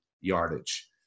yardage